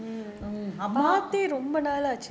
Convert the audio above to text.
ஆமா:aama